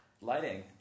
Lighting